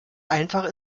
einfach